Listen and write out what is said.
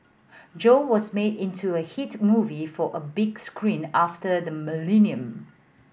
Joe was made into a hit movie for the big screen after the millennium